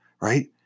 right